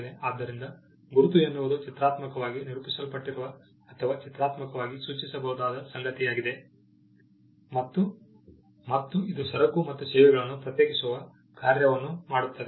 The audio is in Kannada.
ಆದ್ದರಿಂದ ಗುರುತು ಎನ್ನುವುದು ಚಿತ್ರಾತ್ಮಕವಾಗಿ ನಿರೂಪಿಸಲ್ಪಟ್ಟಿರುವ ಅಥವಾ ಚಿತ್ರಾತ್ಮಕವಾಗಿ ಸೂಚಿಸಬಹುದಾದ ಸಂಗತಿಯಾಗಿದೆ ಮತ್ತು ಇದು ಸರಕು ಮತ್ತು ಸೇವೆಗಳನ್ನು ಪ್ರತ್ಯೇಕಿಸುವ ಕಾರ್ಯವನ್ನು ಮಾಡುತ್ತದೆ